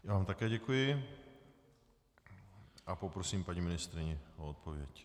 Já vám také děkuji a poprosím paní ministryni o odpověď.